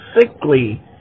sickly